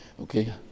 Okay